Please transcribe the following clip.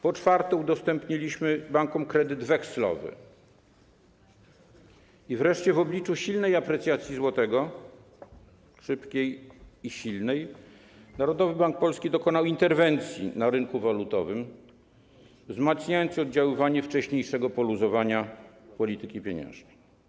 Po czwarte, udostępniliśmy bankom kredyt wekslowy i wreszcie w obliczu silnej aprecjacji złotego, szybkiej i silnej, Narodowy Bank Polski dokonał interwencji na rynku walutowym, wzmacniając oddziaływanie wcześniejszego poluzowania polityki pieniężnej.